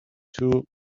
two